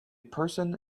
person